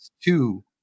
two